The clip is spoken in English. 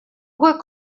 work